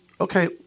okay